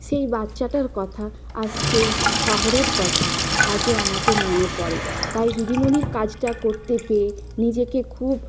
সেই বাচ্চাটার কথা আর সেই শহরের কথা আজও আমাকে মনে পড়ে তাই দিদিমণির কাজটা করতে পেয়ে নিজেকে খুব